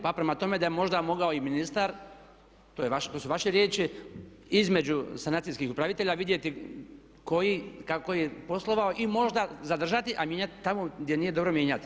Pa prema tome da je možda mogao i ministar, to su vaše riječi, između sanacijskih upravitelja vidjeti koji je kako poslovao i možda zadržati, a mijenjati tamo, gdje nije dobro mijenjati.